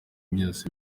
byose